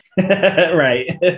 Right